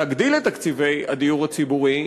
להגדיל את תקציבי הדיור הציבורי,